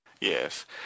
Yes